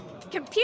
Computer